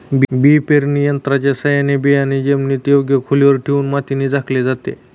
बी पेरणी यंत्राच्या साहाय्याने बियाणे जमिनीत योग्य खोलीवर ठेवून मातीने झाकले जाते